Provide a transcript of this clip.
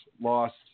lost